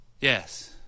Yes